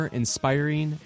inspiring